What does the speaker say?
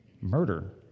murder